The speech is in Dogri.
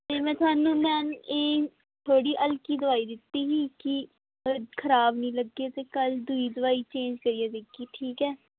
ते में थोआनूं एह् जेह्ड़ी हल्की दोआई दित्ती ही कि खराब निं लग्गै ते कल में दुई दोआई चेंज़ करियै देगी ठीक ऐ